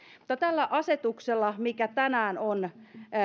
tällä asetuksella mikä tänään on